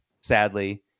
sadly